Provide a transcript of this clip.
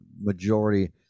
majority